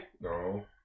No